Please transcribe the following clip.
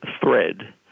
thread